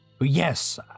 Yes